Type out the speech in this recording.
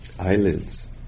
eyelids